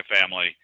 family